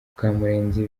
mukamurenzi